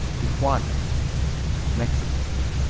tijuana mexico